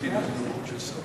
ולהמתין לנוכחות של שר.